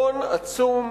הון עצום,